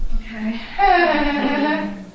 Okay